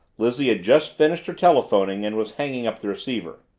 lizzie had just finished her telephoning and was hanging up the receiver.